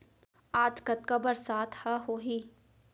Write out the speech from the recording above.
आज कतका बरसात ह होही?